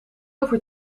over